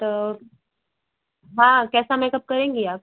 तो हाँ कैसा मेकअप करेंगी आप